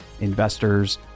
investors